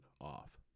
off